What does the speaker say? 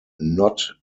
not